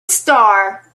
star